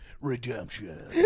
Redemption